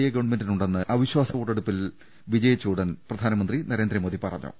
A ഗവൺമെന്റിനുണ്ടെന്ന് വിശ്വാസ വോട്ടെടുപ്പിൽ വിജയിച്ച ഉടൻ പ്രധാനമന്ത്രി നരേന്ദ്രമോദി പറഞ്ഞു